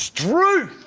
true